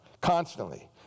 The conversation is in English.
constantly